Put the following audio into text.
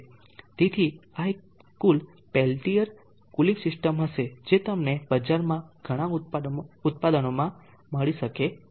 તેથી આ એક કુલ પેલ્ટીઅર કુલિંગ સિસ્ટમ હશે જે તમને બજારમાં ઘણા ઉત્પાદનોમાં મળી શકે છે